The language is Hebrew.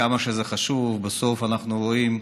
וכמה שזה חשוב, בסוף אנחנו רואים